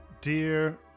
Dear